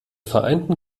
vereinten